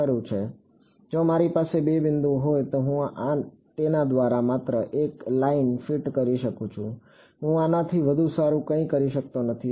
ખરું કે જો મારી પાસે બે બિંદુઓ હોય તો હું તેના દ્વારા માત્ર એક લાઇન ફિટ કરી શકું છું હું આનાથી વધુ સારું કંઈ કરી શકતો નથી